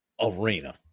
arena